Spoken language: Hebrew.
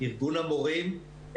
ארגון המורים,